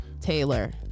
Taylor